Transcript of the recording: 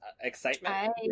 Excitement